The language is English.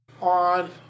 on